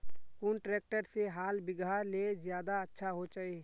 कुन ट्रैक्टर से हाल बिगहा ले ज्यादा अच्छा होचए?